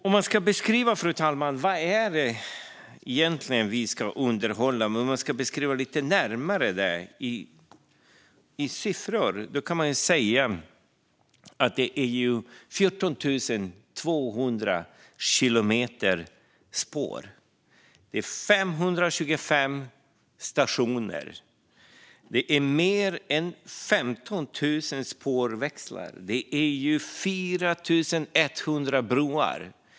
Om man, fru talman, ska beskriva lite närmare, i siffror, vad det egentligen är vi ska underhålla kan man säga att det är 14 200 kilometer spår. Det är 525 stationer. Det är mer än 15 000 spårväxlar. Det är 4 100 broar.